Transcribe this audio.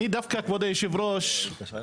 אני, כבוד היושב ראש,